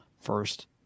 first